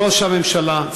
ראש הממשלה,